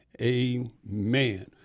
amen